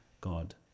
God